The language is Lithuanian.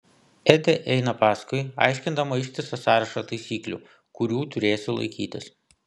edi eina paskui aiškindama ištisą sąrašą taisyklių kurių turėsiu laikytis